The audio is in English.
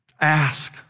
Ask